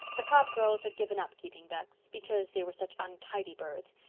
the copp girls had given up keeping ducks. because they were such untidy birds.